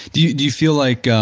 do you do you feel like,